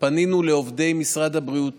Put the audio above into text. פנינו לעובדי משרד הבריאות